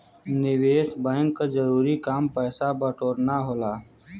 निवेस बैंक क जरूरी काम पैसा बटोरना होला